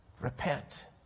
repent